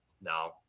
no